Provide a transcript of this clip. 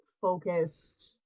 focused